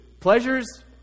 pleasures